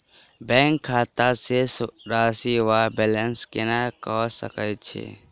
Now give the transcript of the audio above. Bank खाता शेष राशि वा बैलेंस केना कऽ सकय छी?